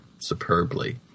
superbly